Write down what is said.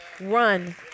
Run